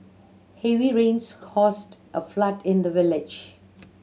heavy rains caused a flood in the village